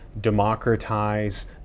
democratize